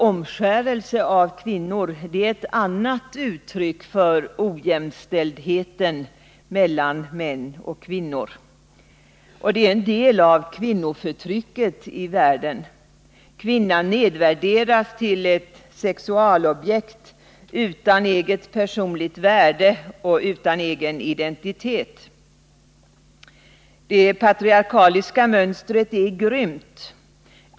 Omskärelse av kvinnor är ett annat uttryck för ojämställdheten mellan män och kvinnor, och den utgör en del av det kvinnoförtryck som råder i världen. Kvinnan nedvärderas till att vara ett sexualobjekt utan personligt värde och utan egen identitet. Det patriarkaliska mönstret är grymt.